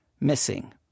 missing